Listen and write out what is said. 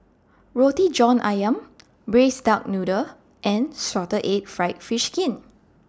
Roti John Ayam Braised Duck Noodle and Salted Egg Fried Fish Skin